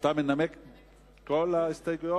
אתה מנמק את כל ההסתייגויות?